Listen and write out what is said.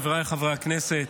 חבריי חברי הכנסת,